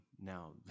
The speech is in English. Now